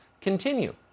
continue